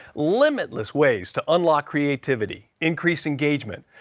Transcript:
limitless ways to unlock creativity, increase engagement,